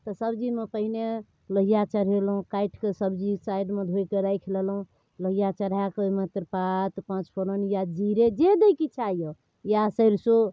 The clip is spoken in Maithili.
तऽ सब्जीमे पहिने लोहिआ चढ़ेलहुँ काटिकऽ सब्जी साइडमे धोइके राखि लेलहुँ लोहिआ चढ़ाकऽ ओहिमे तेजपात पचफोरन या जीरे जे दैके इच्छा अइ या सरिसो